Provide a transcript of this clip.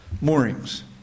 moorings